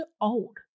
old